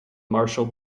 marshall